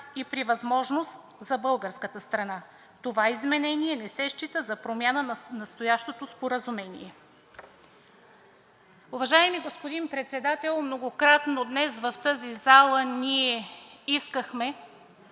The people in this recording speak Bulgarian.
и при възможност за българската страна. Това изменение не се счита за промяна на настоящото споразумение.“ Уважаеми господин Председател, многократно днес в тази зала ние искахме